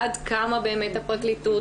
עד כמה באמת הפרקליטות,